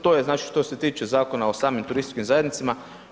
To je znači što se tiče Zakona o samim turističkim zajednicama.